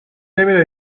نمیره